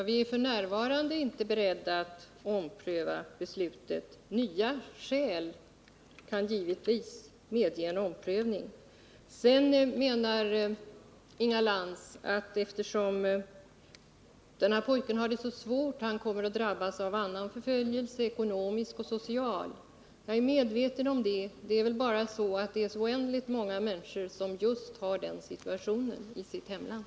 Herrtalman! Viärf. n. inte beredda att ompröva beslutet. Men nya skäl kan givetvis medge en omprövning. Inga Lantz menar att denne pojke har det svårt och kommer att drabbas av ekonomisk och social förföljelse. Jag är medveten om detta, men oändligt många människor befinner sig i just den situationen i sitt hemland.